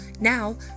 Now